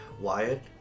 Wyatt